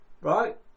right